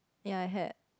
ya I had